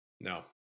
No